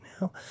now